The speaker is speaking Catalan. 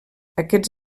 aquests